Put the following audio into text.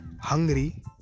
hungry